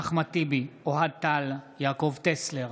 אחמד טיבי, אוהד טל, יעקב טסלר,